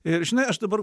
ir žinai aš dabar